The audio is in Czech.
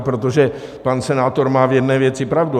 Protože pan senátor má v jedné věci pravdu.